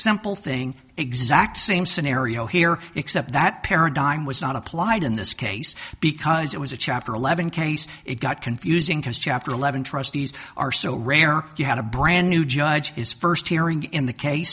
simple thing exact same scenario here except that paradigm was not applied in this case because it was a chapter eleven case it got confusing because chapter eleven trustees are so rare you had a brand new judge his first hearing in the case